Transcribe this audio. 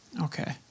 Okay